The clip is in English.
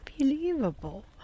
unbelievable